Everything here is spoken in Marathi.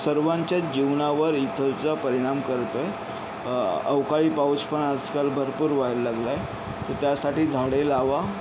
सर्वांच्या जीवनावर इथलाच परिणाम करतोय अवकाळी पाऊस पण आजकाल भरपूर व्हायला लागला आहे तर त्यासाठी झाडे लावा